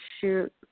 shoot